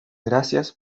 gracias